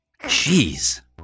jeez